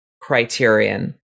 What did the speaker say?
criterion